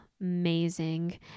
Amazing